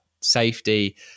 safety